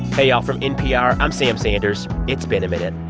hey y'all. from npr, i'm sam sanders. it's been a minute.